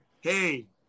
Hey